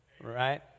right